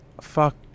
Fuck